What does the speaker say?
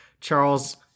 Charles